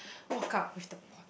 walk up with the board